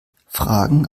fragen